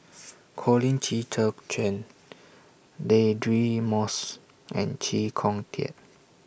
Colin Qi Zhe Quan Deirdre Moss and Chee Kong Tet